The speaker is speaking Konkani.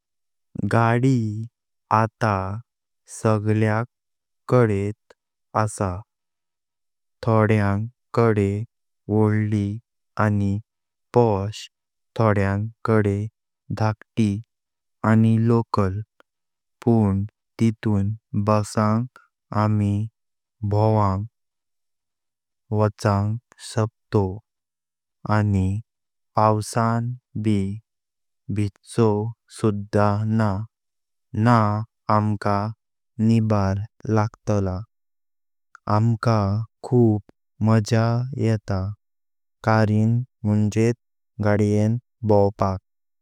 गाडी आता सगळ्यांक कडेच आसां थोड्यांक कडे वडली आणी पोस थोड्यांक कडे धाकटी आणी लोकल पुन्न तेथून बसांग आमी भावांग बचांग शकतोव आणी पाउसांत ब भिजचोव सुधा णा णा आमका निबार लागतला। आमका खूप मज्या येता करीं मंणजे गाड्यें भावपाक।